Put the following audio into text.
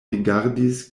rigardis